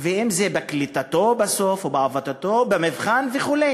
ואם זה בקליטתו בסוף ובעבודתו במבחן וכו'.